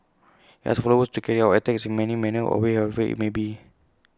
he asked followers to carry out attacks in any manner or way however IT may be